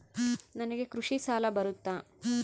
ನನಗೆ ಕೃಷಿ ಸಾಲ ಬರುತ್ತಾ?